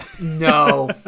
No